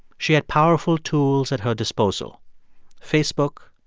she had powerful tools at her disposal facebook,